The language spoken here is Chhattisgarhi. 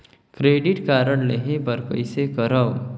क्रेडिट कारड लेहे बर कइसे करव?